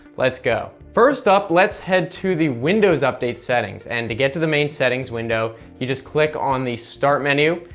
let's go. first up let's head to the windows update settings. and to get to the main settings window, you just click the start menu,